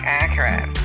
accurate